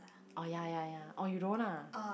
oh ya ya ya oh you don't want ah